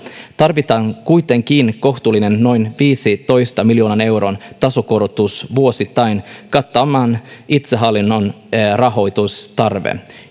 tarvitaan kuitenkin kohtuullinen noin viidentoista miljoonan euron tasokorotus vuosittain kattamaan itsehallinnon rahoitustarve